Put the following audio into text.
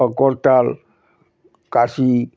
করতাল কাঁসি